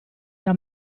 era